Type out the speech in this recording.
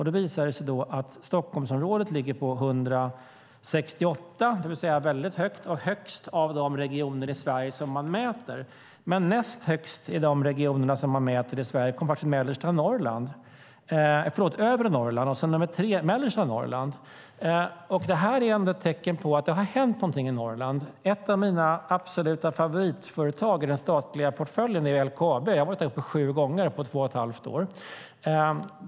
Det visade sig att Stockholmsområdet ligger på 168, det vill säga mycket högt och högst av de regioner i Sverige som man mäter, men näst högst av de regioner som man mäter i Sverige kom faktiskt övre Norrland och som nummer tre mellersta Norrland. Det är ett tecken på att det har hänt någonting i Norrland. Ett av mina absoluta favoritföretag i den statliga portföljen är LKAB. Jag har varit där sju gånger på två och ett halvt år.